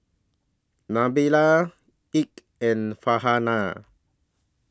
Nabila Eka and Farhanah